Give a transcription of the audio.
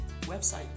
website